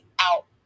out